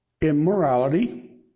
Immorality